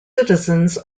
citizens